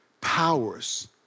powers